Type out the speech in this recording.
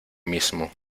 mismo